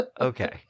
Okay